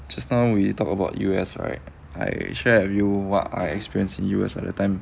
just now we talk about U_S right I share with you what I experienced in U_S at the time